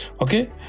Okay